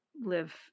live